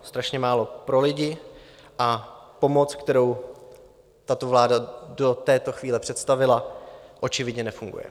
Strašně málo pro lidi, a pomoc, kterou tato vláda do této chvíle představila, očividně nefunguje.